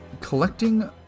collecting